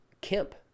Kemp